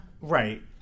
right